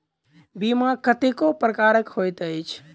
बीमा कतेको प्रकारक होइत अछि